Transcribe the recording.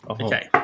okay